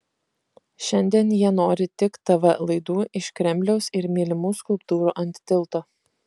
šiandien jie nori tik tv laidų iš kremliaus ir mylimų skulptūrų ant tilto